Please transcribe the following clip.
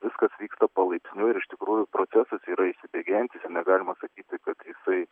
viskas vyksta palaipsniui ir iš tikrųjų procesas yra įsibėgėjantis ir negalima sakyti kad jisai